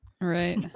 Right